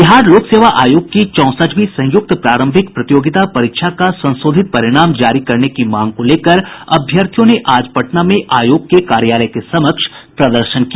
बिहार लोकसेवा आयोग की चौंसठवीं संयूक्त प्रारंभिक प्रतियोगिता परीक्षा का संशोधित परिणाम जारी करने की मांग को लेकर अभ्यर्थियों ने आज पटना में आयोग के कार्यालय के समक्ष प्रदर्शन किया